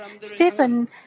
Stephen